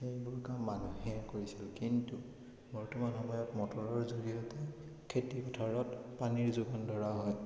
সেইবোৰ কাম মানুহে কৰিছিল কিন্তু বৰ্তমান সময়ত মটৰৰ জৰিয়তে খেতি পথাৰত পানীৰ যোগান ধৰা হয়